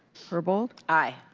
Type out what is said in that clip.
herbold. aye.